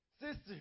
sister